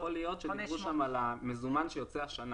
יכול להיות שדיברו שם על המזומן שיוצא השנה